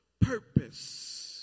purpose